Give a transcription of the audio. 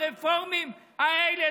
הרפורמים האלה,